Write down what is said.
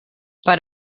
per